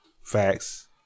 Facts